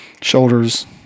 shoulders